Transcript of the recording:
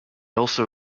also